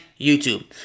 YouTube